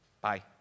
Bye